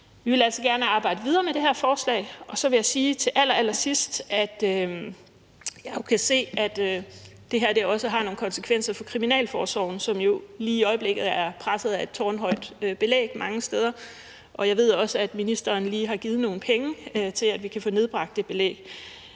Vi vil altså gerne arbejde videre med det her forslag, og så vil jeg sige til allerallersidst, at jeg jo kan se, at det her også har nogle konsekvenser for kriminalforsorgen, som jo mange steder lige i øjeblikket er presset af et tårnhøjt belæg. Og jeg ved også, at ministeren lige har givet nogle penge til, at vi kan få nedbragt det belæg.